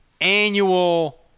annual